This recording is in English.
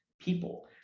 people